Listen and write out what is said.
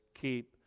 Keep